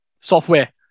software